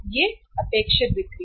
ये अपेक्षित बिक्री हैं